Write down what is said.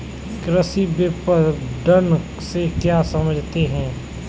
कृषि विपणन से क्या समझते हैं?